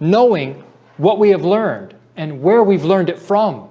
knowing what we have learned and where we've learned it from